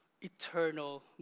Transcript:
eternal